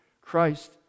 Christ